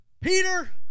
Peter